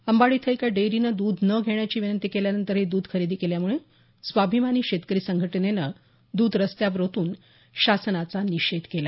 अंबाड येथे एका डेअरीनं द्ध न घेण्याची विनंती केल्यानंतरही द्ध खरेदी केल्यामुळे स्वाभिमानी शेतकरी संघटनेने द्रध रस्त्यावर ओतून शासनाचा निषेध करण्यात आला